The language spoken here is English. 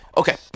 okay